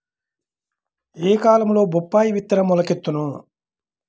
ఏ కాలంలో బొప్పాయి విత్తనం మొలకెత్తును?